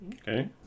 Okay